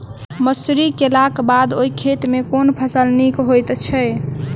मसूरी केलाक बाद ओई खेत मे केँ फसल नीक होइत छै?